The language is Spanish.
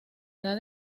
edad